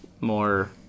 more